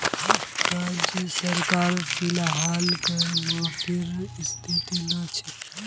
राज्य सरकारो फिलहाल कर माफीर स्थितित नी छोक